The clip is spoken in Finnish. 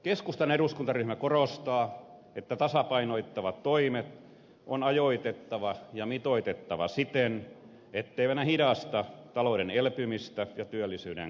keskustan eduskuntaryhmä korostaa että tasapainottavat toimet on ajoitettava ja mitoitettava siten etteivät ne hidasta talouden elpymistä ja työllisyyden kasvua